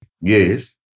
Yes